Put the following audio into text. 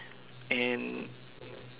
and